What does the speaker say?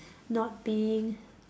not being